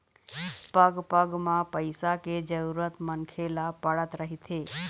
पग पग म पइसा के जरुरत मनखे ल पड़त रहिथे